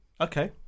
Okay